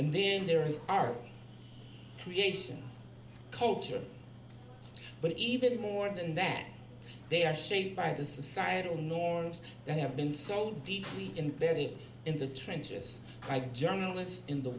and then there is our creation culture but even more than that they are shaped by the societal norms that have been so deeply embedded in the trenches by journalists in the